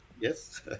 Yes